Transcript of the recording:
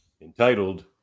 Entitled